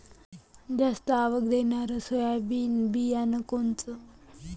जास्त आवक देणनरं सोयाबीन बियानं कोनचं?